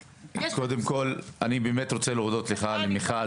קודם כל אני באמת רוצה להודות לך על הדיון